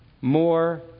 more